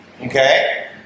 Okay